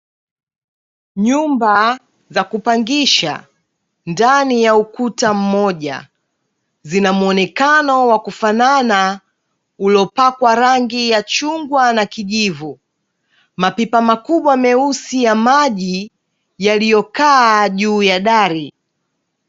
Nyumba za kupangisha ndani ya ukuta mmoja, zina muonekano wa kufanana ulopakwa rangi ya chungwa na kijivu. Mapipa makubwa meusi ya maji, yaliyokaa juu ya dari.